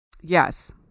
Yes